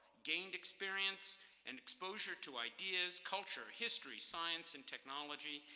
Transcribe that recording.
gained experience, and exposure to ideas, culture, history, science, and technology,